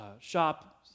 shop